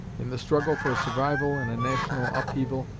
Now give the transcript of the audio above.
in the struggle for survival in a national upheaval,